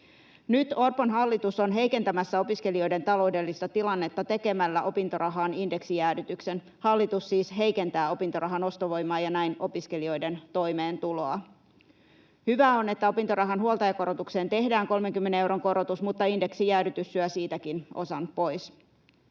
Nyt Orpon hallitus on heikentämässä opiskelijoiden taloudellista tilannetta tekemällä opintorahaan indeksijäädytyksen. Hallitus siis heikentää opintorahan ostovoimaa ja näin opiskelijoiden toimeentuloa. Hyvää on, että opintorahan huoltajakorotukseen tehdään 30 euron korotus, mutta indeksijäädytys syö siitäkin osan pois.